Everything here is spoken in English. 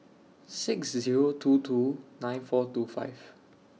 six Zero two two nine four two five